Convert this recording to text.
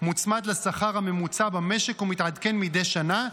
מוצמד לשכר הממוצע במשק ומתעדכן מדי שנה.